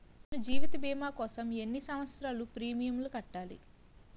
నేను జీవిత భీమా కోసం ఎన్ని సంవత్సారాలు ప్రీమియంలు కట్టాలి?